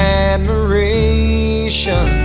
admiration